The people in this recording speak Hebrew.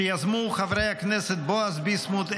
שיזמו חברי הכנסת בועז ביסמוט,